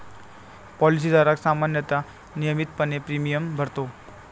policy धारक सामान्यतः नियमितपणे प्रीमियम भरतो